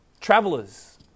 travelers